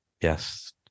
Yes